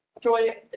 joy